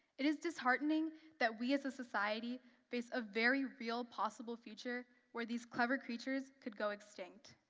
it is disheartening that we as a society face a very real, possible future where these clever creatures could go extinct.